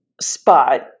spot